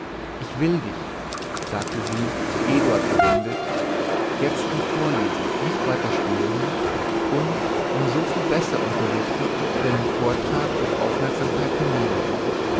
ich will dich sagte sie zu eduard gewendet jetzt im vorlesen nicht weiter stören und um so viel besser unterrichtet deinen vortrag mit aufmerksamkeit vernehmen